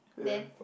then